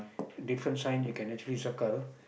different sign you can actually circle